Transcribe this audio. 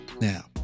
now